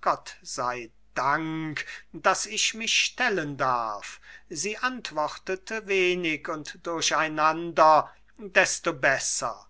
gott sei dank daß ich mich stellen darf sie antwortete wenig und durcheinander desto besser